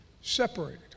separated